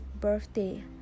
birthday